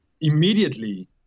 immediately